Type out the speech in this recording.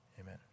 amen